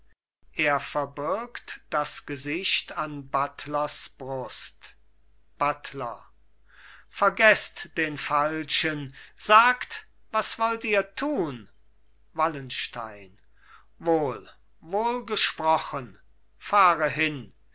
er verbirgt das gesicht an buttlers brust buttler vergeßt den falschen sagt was wollt ihr tun wallenstein wohl wohl gesprochen fahre hin